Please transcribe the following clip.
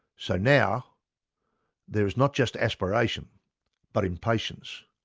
so now there is not just aspiration but impatience.